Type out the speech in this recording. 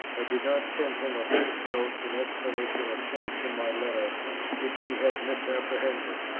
i did not send him a brief note in explanation of points in my letter which he had misapprehended.